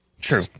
True